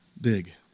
big